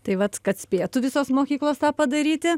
tai vat kad spėtų visos mokyklos tą padaryti